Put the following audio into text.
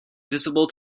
visible